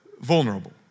vulnerable